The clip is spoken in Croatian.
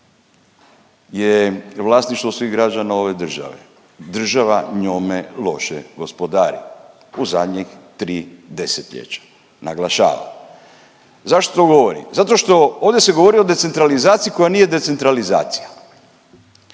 je vlasništvo svih građana ove države, država njome loše gospodari u zadnjih 3 desetljeća, naglašavam. Zašto to govorim? Zato što ovdje se govori o decentralizaciji koja nije decentralizacija